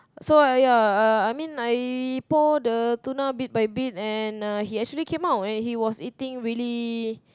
so uh ya uh I mean I pour the tuna bit by bit and uh he actually came out and he was eating really